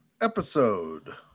episode